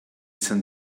some